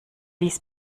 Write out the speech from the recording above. ließ